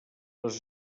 les